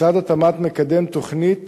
משרד התמ"ת מקדם תוכנית